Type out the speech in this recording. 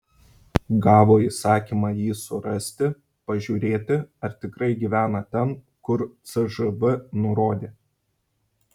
gavo įsakymą jį surasti pažiūrėti ar tikrai gyvena ten kur cžv nurodė